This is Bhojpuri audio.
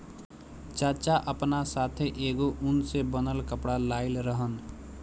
चाचा आपना साथै एगो उन से बनल कपड़ा लाइल रहन